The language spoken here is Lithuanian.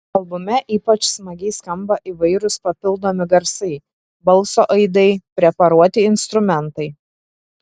albume ypač smagiai skamba įvairūs papildomi garsai balso aidai preparuoti instrumentai